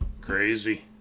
Crazy